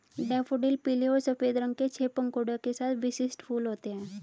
daffodil पीले और सफ़ेद रंग के छह पंखुड़ियों के साथ विशिष्ट फूल होते हैं